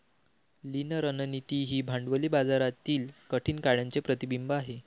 लीन रणनीती ही भांडवली बाजारातील कठीण काळाचे प्रतिबिंब आहे